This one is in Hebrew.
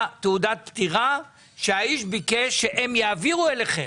תעודת פטירה שהאיש ביקש שהם יעבירו אליכם.